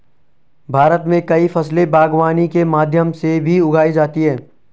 भारत मे कई फसले बागवानी के माध्यम से भी उगाई जाती है